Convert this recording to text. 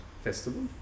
festival